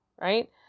Right